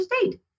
state